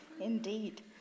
Indeed